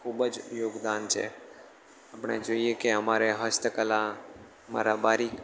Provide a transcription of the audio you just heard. ખૂબ જ યોગદાન છે આપણે જોઈએ કે અમારે હસ્તકલા અમારા બારીક